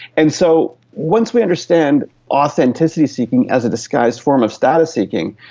and so once we understand authenticity seeking as a disguised form of status seeking,